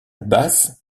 basse